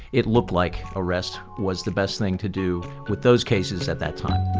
it looked like arrest was the best thing to do with those cases at that time